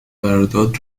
قرارداد